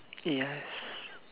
yes